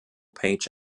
page